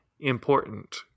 important